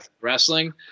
wrestling